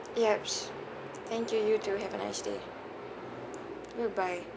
yups thank you you too have a nice goodbye